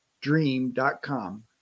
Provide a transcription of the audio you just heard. dream.com